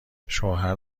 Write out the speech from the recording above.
شوهر